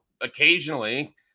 occasionally